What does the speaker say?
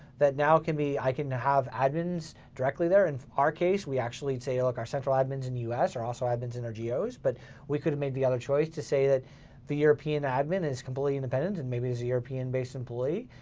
that now can be, i can have admins directly there and in our case we actually say, look, our central admin's in the u s. are also admins in our geos. but we could've made the other choice to say that the european admin is completely independent and maybe he's a european-based employee.